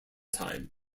time